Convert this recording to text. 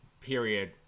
period